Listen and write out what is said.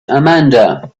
amanda